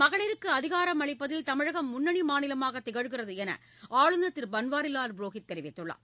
மகளிருக்கு அதிகாரம் அளிப்பதில் தமிழகம் முன்னணி மாநிலமாகத் திகழ்கிறது என ஆளுநர் திரு பன்வாரிலால் புரோஹித் தெரிவித்துள்ளார்